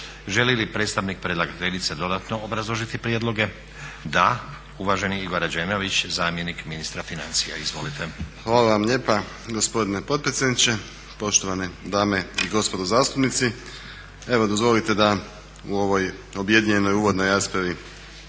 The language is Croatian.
Želi li predstavnik predlateljice dodano obrazložiti prijedloge? Da. Uvaženi Igor Rađenović zamjenik ministra financija. Izvolite. **Rađenović, Igor (SDP)** Hvala vam lijepa gospodine potpredsjedniče. Poštovane dame i gospodo zastupnici. Evo dozvolite da u ovoj objedinjenoj uvodnoj raspravi